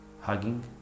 hugging